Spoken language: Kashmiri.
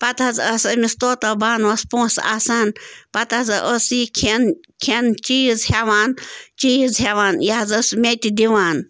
پَتہٕ حظ ٲس أمِس طوطہ بانَوَس پونٛسہٕ آسان پَتہٕ حظ ٲس یہِ کھٮ۪ن کھٮ۪ن چیٖز ہٮ۪وان چیٖز ہٮ۪وان یہِ حظ ٲس مےٚ تہِ دِوان